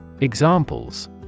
Examples